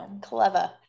clever